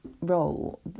role